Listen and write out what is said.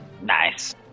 Nice